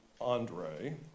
Andre